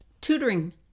tutoring